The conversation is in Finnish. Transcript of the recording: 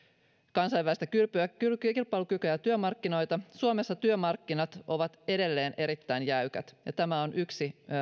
kansainvälistä kilpailukykyä kilpailukykyä ja työmarkkinoita suomessa työmarkkinat ovat edelleen erittäin jäykät ja tämä on yksi